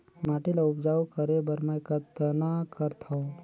माटी ल उपजाऊ करे बर मै कतना करथव?